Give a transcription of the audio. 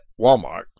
Walmart